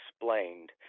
explained